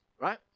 Right